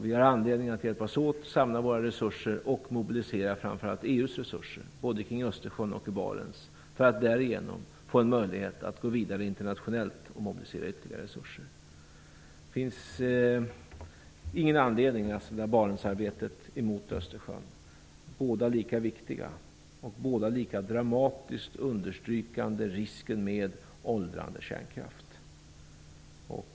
Vi har anledning att hjälpas åt, att samla våra resurser och mobilisera framför allt EU:s resurser både kring Östersjön och i Barentsområdet för att därigenom få en möjlighet att gå vidare internationellt och att mobilisera ytterligare resurser. Det finns ingen anledning att sätta Barentsarbetet emot Östersjöarbetet. Båda är lika viktiga och lika dramatiska understrykande risken med åldrande kärnkraft.